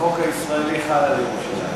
החוק הישראלי חל על ירושלים.